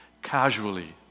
Casually